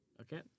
Okay